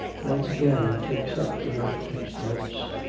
once again he takes up the architect's notes.